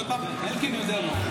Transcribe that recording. אופיר כץ.